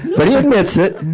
but he admits it!